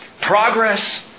progress